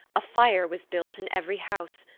a fire was built in every house,